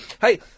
Hey